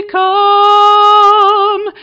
come